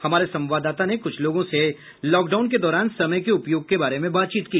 हमारे संवाददाता ने कुछ लोगों से लॉकडाउन के दौरान समय के उपयोग के बारे में बातचीत की